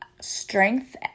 strength